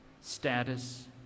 Status